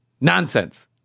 Nonsense